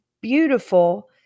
beautiful